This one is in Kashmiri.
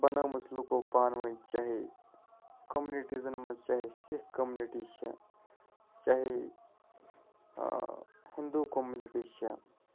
بنٲومٕژ لُکو پانہٕ ؤنۍ چاہے کومنِٹیزَن مَنٛز چاہے سِکھ کَوٚمنِٹی چھِ چاہے ہِندو کوٚمنِٹی چھِ